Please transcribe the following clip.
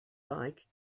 like